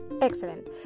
Excellent